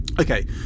okay